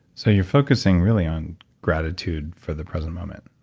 so you're focusing really on gratitude for the present moment.